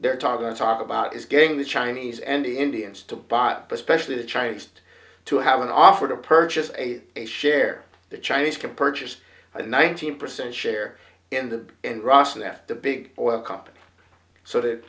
they're talking to talk about is getting the chinese and indians to buy it but specially the chinese to have an offer to purchase a share the chinese can purchase a nineteen percent share in the and russia that the big oil companies so that